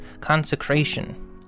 consecration